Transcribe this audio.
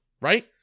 right